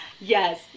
Yes